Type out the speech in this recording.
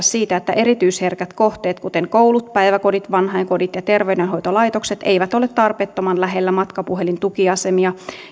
siitä että erityisherkät kohteet kuten koulut päiväkodit vanhainkodit ja terveydenhoitolaitokset eivät ole tarpeettoman lähellä matkapuhelintukiasemia